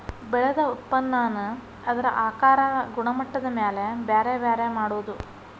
ಬೆಳದ ಉತ್ಪನ್ನಾನ ಅದರ ಆಕಾರಾ ಗುಣಮಟ್ಟದ ಮ್ಯಾಲ ಬ್ಯಾರೆ ಬ್ಯಾರೆ ಮಾಡುದು